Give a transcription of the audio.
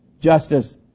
justice